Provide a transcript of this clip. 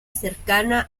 cercana